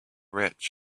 rich